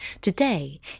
Today